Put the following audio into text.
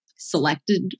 selected